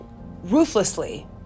ruthlessly